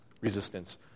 resistance